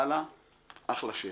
וואלה, אחלה שיר.